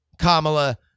Kamala